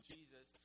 Jesus